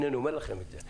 הנה, אני אומר לכם את זה.